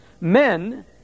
Men